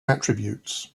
attributes